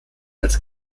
als